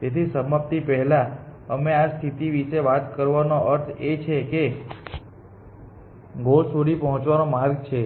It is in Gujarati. તેથી સમાપ્તિ પહેલાં અમે આ સ્થિતિ વિશે વાત કરવાનો અર્થ એ છે કે ગોલ સુધી પોંહચવાનો માર્ગ છે